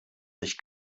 sich